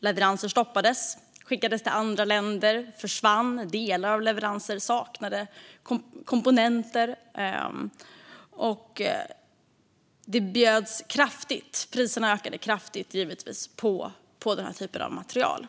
Leveranser stoppades, skickades till andra länder eller försvann. Komponenter och delar av leveranser saknades. Därtill ökade givetvis priserna kraftigt på den här typen av materiel.